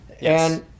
Yes